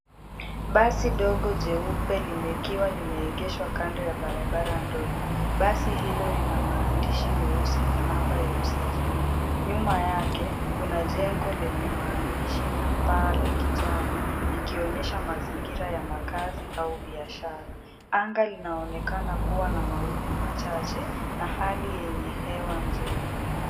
Basi dogo jeupe likiwa limeegeshwa kando ya barabara ndogo. Basi hilo lina maandishi meusi na namba ya usajili. Nyuma yake kuna jengo lenye maandishi na paa la kijani likionyesha mazingira ya makazi au biashara. Anga linaonekana kuwa na mawingu machache na hali yenye hewa nzuri.